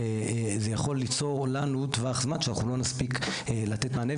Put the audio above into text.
זה יכול ליצור לנו טווח זמן שאנחנו לא נספיק לתת מענה,